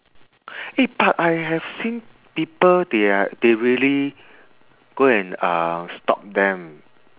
eh but I have seen people they are they really go and uh stop them